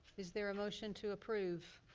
is there a motion to approve?